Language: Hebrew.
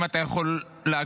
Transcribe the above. אם אתה יכול להקשיב,